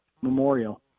memorial